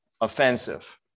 offensive